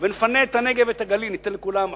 ונפנה את הנגב ואת הגליל וניתן לכולם חופשי.